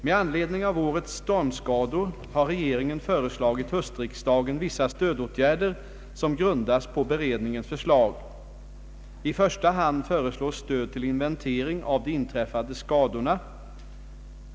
Med anledning av årets stormskador har regeringen föreslagit höstriksdagen vissa stödåtgärder som grundas på beredningens förslag. I första hand föreslås stöd till inventering av de inträffade skadorna.